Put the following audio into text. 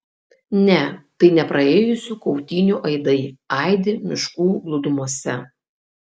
ne tai ne praėjusių kautynių aidai aidi miškų glūdumose